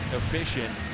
efficient